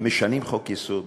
משנים חוק-יסוד